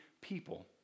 people